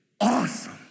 awesome